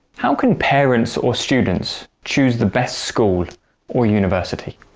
how can parents or students choose the best school or university?